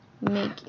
make